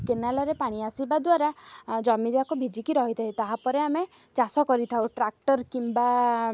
କେନାଲରେ ପାଣି ଆସିବା ଦ୍ୱାରା ଜମି ଯାକ ଭିଜିକି ରହିଥାଏ ତାହା ପରେ ଆମେ ଚାଷ କରିଥାଉ ଟ୍ରାକ୍ଟର୍ କିମ୍ବା